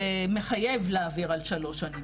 שמחייב להעביר על שלוש שנים.